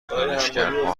کنشگرها